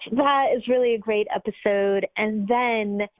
yeah is really a great episode. and then,